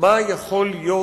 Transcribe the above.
מה יכול להיות